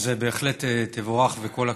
אז בהחלט תבורך וכל הכבוד.